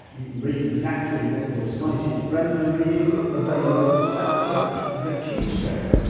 you can read exactly what your sighted friends are reading available at the touch of a keystroke,